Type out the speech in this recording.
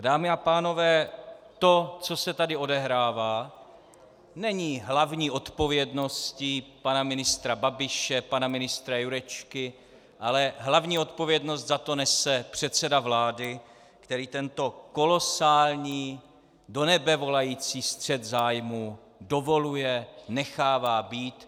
Dámy a pánové, to, co se tady odehrává, není hlavní odpovědností pana ministra Babiše, pana ministra Jurečky, ale hlavní odpovědnost za to nese předseda vlády, který tento kolosální, do nebe volající střet zájmů dovoluje, nechává být.